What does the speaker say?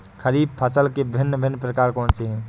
खरीब फसल के भिन भिन प्रकार कौन से हैं?